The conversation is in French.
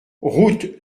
route